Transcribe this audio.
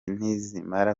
nizimara